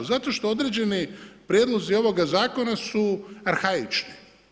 Zato što određeni prijedlozi ovoga zakona su arhaični.